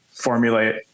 formulate